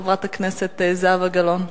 חברת הכנסת זהבה גלאון.